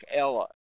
Ella